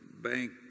bank